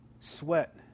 sweat